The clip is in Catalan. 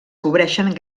cobreixen